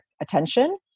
attention